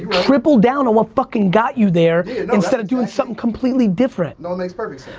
triple down on what fucking got you there instead of doing something completely different. no, it makes perfect sense.